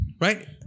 right